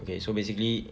okay so basically